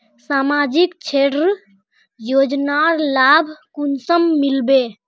सामाजिक क्षेत्र योजनार लाभ कुंसम मिलबे?